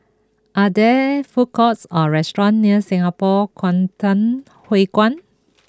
are there food courts or restaurants near Singapore Kwangtung Hui Kuan